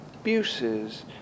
abuses